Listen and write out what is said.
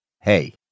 Hey